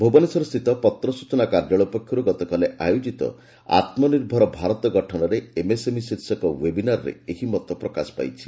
ଭୁବନେଶ୍ୱରସ୍ଥିତ ପତ୍ର ସୂଚନା କାର୍ଯ୍ୟାଳୟ ପକ୍ଷରୁ ଗତକାଲି ଆୟୋଜିତ 'ଆତ୍ମନିର୍ଭର ଭାରତ ଗଠନରେ ଏମ୍ଏସ୍ଏମ୍ଇ' ଶୀର୍ଷକ ୱେବିନାରରେ ଏହି ମତ ପ୍ରକାଶ ପାଇଛି